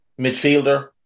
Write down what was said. midfielder